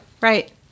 Right